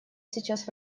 сейчас